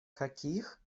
каких